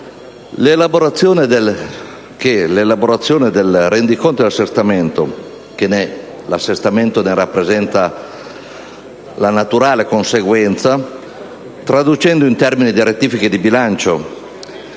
l'elaborazione del rendiconto e dell'assestamento, che ne rappresenta la naturale conseguenza, traducendo in termini di rettifiche al bilancio